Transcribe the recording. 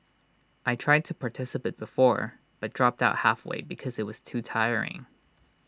I tried to participate before but dropped out halfway because IT was too tiring